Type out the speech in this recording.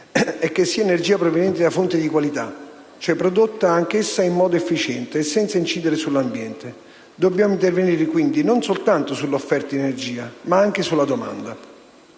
e che sia energia proveniente da fonti di qualità, cioè prodotta anch'essa in modo efficiente e senza incidere sull'ambiente. Dobbiamo intervenire, quindi, non soltanto sull'offerta di energia, ma anche sulla domanda.